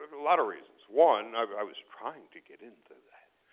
a lot of reasons. one, i was trying to get into that.